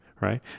right